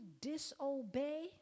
disobey